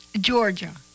Georgia